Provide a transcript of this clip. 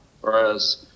whereas